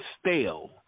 stale